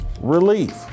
relief